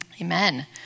Amen